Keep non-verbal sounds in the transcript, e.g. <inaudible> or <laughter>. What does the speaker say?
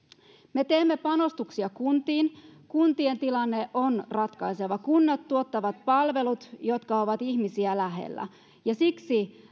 me teemme panostuksia kuntiin kuntien tilanne on ratkaiseva kunnat tuottavat palvelut jotka ovat ihmisiä lähellä ja siksi <unintelligible>